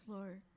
Lord